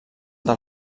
del